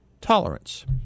tolerance